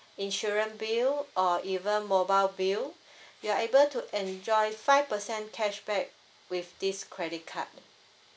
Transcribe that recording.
insurance bill or even mobile bill you're able to enjoy five percent cashback with this credit card